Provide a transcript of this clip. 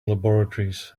laboratories